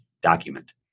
document